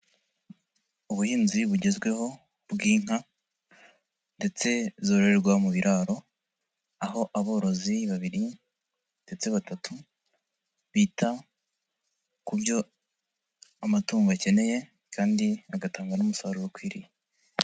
Ubuhinzi bugezweho bw'inka ndetse zororerwa mu biraro aho aborozi babiri ndetse batatu bita ku byo amatungo akeneye kandi agatanga n'umusaruro ukwiriye.